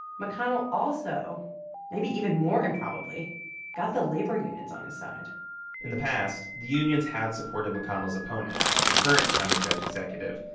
mcconnell also maybe even more improbably got the labor unions on his side in the past, the unions had supported mcconnell's opponent, the current county judge executive,